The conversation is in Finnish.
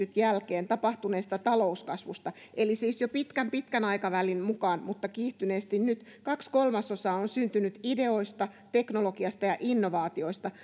jälkeen tapahtuneesta talouskasvusta eli siis jo pitkän pitkän aikavälin mukaan mutta kiihtyneesti nyt kaksi kolmasosaa on syntynyt ideoista teknologiasta ja innovaatioista